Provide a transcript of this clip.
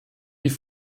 wie